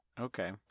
Okay